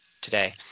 today